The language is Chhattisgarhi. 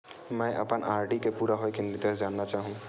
मैं अपन आर.डी के पूरा होये के निर्देश जानना चाहहु